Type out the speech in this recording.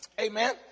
Amen